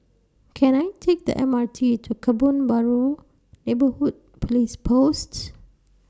Can I Take The M R T to Kebun Baru Neighbourhood Police Posts